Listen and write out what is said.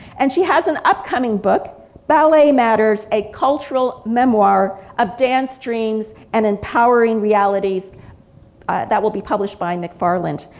and she has an upcoming book ballet matters a cultural memoir of dance dreams and empowering realities that will be published by mcfarland.